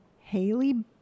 Haley